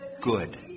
Good